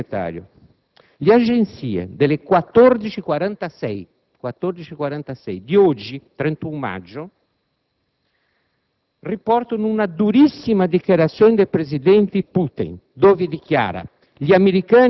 Signor Sottosegretario, le agenzie, alle ore 14,46 di oggi, 31 maggio, riportano una durissima dichiarazione del presidente Putin, in cui